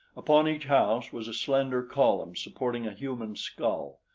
upon each house was a slender column supporting a human skull.